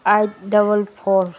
eight double four